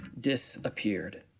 disappeared